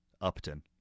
Upton